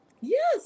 Yes